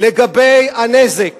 לגבי הנזק